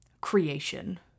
creation